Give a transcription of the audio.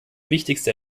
wichtigste